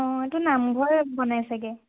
অঁ এইটো নামঘৰ বনাই চাগে